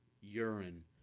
urine